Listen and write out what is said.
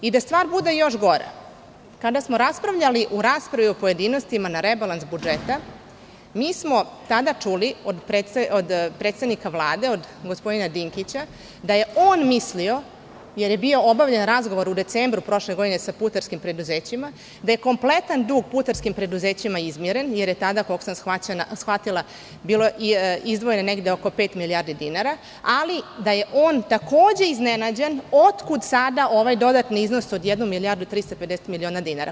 Da stvar bude još gora, kada smo raspravljali u raspravi o pojedinostima na rebalans budžeta, mi smo tada čuli od predsednika Vlade, od gospodina Dinkić, da je on mislio, jer je bio obavljen razgovor u decembru prošle godine sa putarskim preduzećima, da je kompletan dug putarskim preduzećima izmiren, jer je tada, koliko shvatila bilo izdvojeno negde oko pet milijardi dinara, ali da je on takođe iznenađen otkud sada ovaj dodatni iznos od jedne milijardi i 350 miliona dinara.